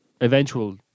eventual